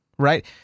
Right